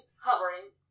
hovering